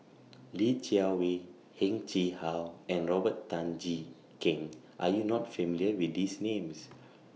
Li Jiawei Heng Chee How and Robert Tan Jee Keng Are YOU not familiar with These Names